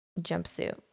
jumpsuit